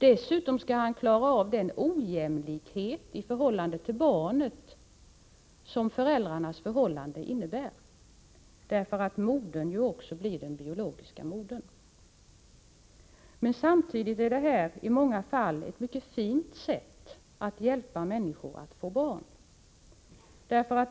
Dessutom skall mannen klara av den ojämlikhet i förhållande till barnet som uppstår genom att modern också blir den biologiska modern. Samtidigt är insemination i många fall ett mycket fint sätt att hjälpa människor att få barn.